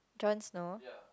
Jon Snow